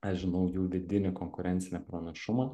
aš žinau jų vidinį konkurencinį pranašumą